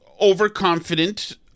overconfident